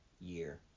year